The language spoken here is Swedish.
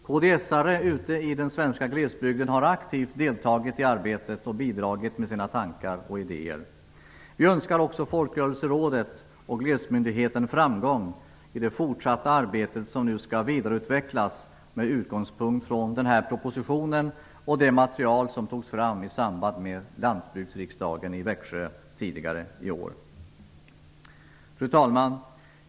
Kds:are ute i den svenska glesbygden har aktivt deltagit i arbetet och bidragit med sina tankar och idéer. Vi önskar också Folkrörelserådet och Glesbygdsmyndigheten framgång i det fortsatta arbetet, som nu skall vidareutvecklas med utgångspunkt från den här propositionen och det material som togs fram i samband med Landsbygdsriksdagen i Växjö tidigare i år. Fru talman!